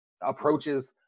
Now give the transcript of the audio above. approaches